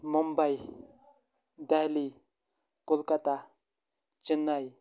Mumbai Delhi Kolkata Chennai